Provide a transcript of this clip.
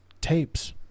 tapes